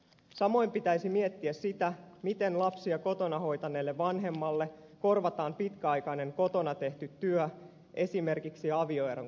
samoin pitäisi miettiä sitä miten lapsia kotona hoitaneelle vanhemmalle korvataan pitkäaikainen kotona tehty työ esimerkiksi avioeron kohdatessa